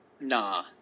Nah